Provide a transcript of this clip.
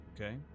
okay